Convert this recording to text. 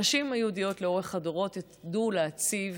הנשים היהודיות לאורך הדורות ידעו להציב